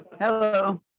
Hello